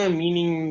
meaning